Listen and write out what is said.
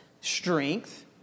strength